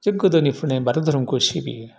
जे गोदोनिफ्रायनो बाथौ धोरोमखौ सिबियो